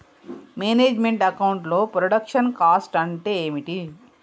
Manage meant account లో production cost అంటే ఏమిటి?